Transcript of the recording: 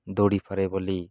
ଦୌଡ଼ିପାରେ ବୋଲି